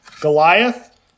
Goliath